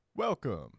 Welcome